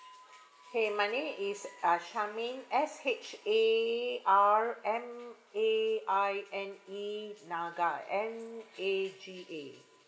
okay my name is uh sharmaine S H A R M A I N E naga N A G A